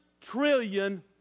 trillion